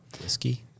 whiskey